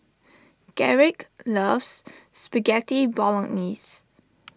Garrick loves Spaghetti Bolognese